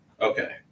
Okay